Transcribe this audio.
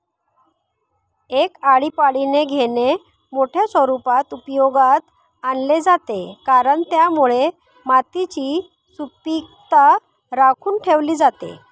एक आळीपाळीने घेणे मोठ्या स्वरूपात उपयोगात आणले जाते, कारण त्यामुळे मातीची सुपीकता राखून ठेवली जाते